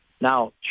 now